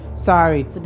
sorry